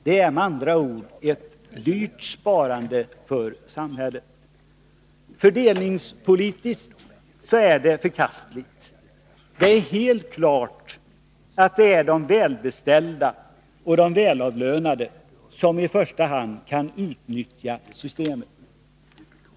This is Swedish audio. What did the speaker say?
Det är med andra ord ett dyrt sparande för samhället. Fördelningspolitiskt är det förkastligt. Det är helt klart att det i första hand är de välbeställda och de välavlönade som kan utnyttja systemet.